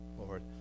Lord